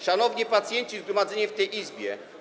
Szanowni pacjenci zgromadzeni w tej Izbie!